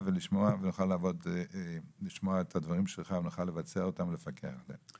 ולשמוע את הדברים שלך כדי שנוכל לבצע אותם ולפקח עליהם.